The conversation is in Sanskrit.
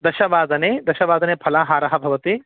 दशवादने दशवादने फलाहारः भवति